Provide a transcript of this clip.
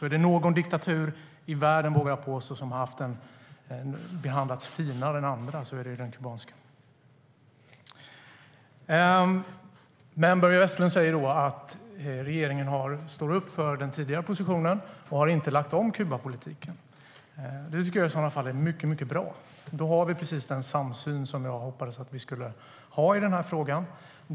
Är det någon diktatur i världen som har behandlats "finare" än andra är det den kubanska, vågar jag påstå. Börje Vestlund säger att regeringen står upp för den tidigare positionen och inte har lagt om Kubapolitiken. Det tycker jag i sådana fall är mycket bra, för då har vi precis den samsyn som jag hoppades att vi skulle ha i den här frågan.